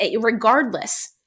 regardless